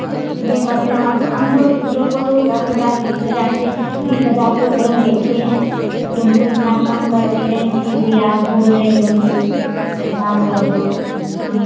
अब कितने पड़ते हम तो दूसरों को तो दस हजार बीस हजार से बीस हजार से ऊपर लेते हैं तुमको इतना कम कर दे रहे हैं फिर भी आप बोल रही हो कि इतना कर दो हाँ